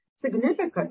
significant